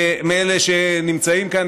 מאלה שנמצאים כאן,